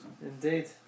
Indeed